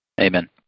amen